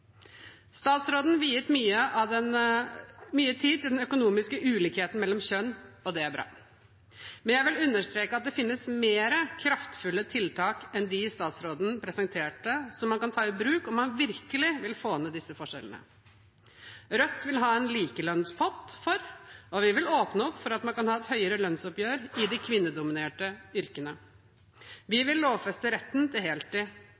Statsråden viet mye tid til den økonomiske ulikheten mellom kjønn, og det er bra. Men jeg vil understreke at det finnes mer kraftfulle tiltak enn dem statsråden presenterte, som man kan ta i bruk om man virkelig vil få ned disse forskjellene. Vi i Rødt vil ha en likelønnspott, og vi vil åpne opp for at man kan ha et høyere lønnsoppgjør i de kvinnedominerte yrkene. Vi vil lovfeste retten til heltid.